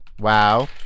Wow